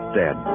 dead